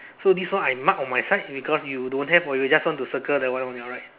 so this one I mark on my side because you don't have or you just want to circle the one on your right